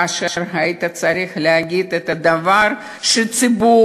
כאשר היית צריך להגיד את הדבר שהציבור,